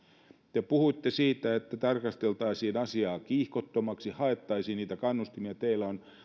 te puhuitte siitä että tarkasteltaisiin asiaa kiihkottomasti ja haettaisiin niitä kannustimia ja kun teillä on